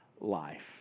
life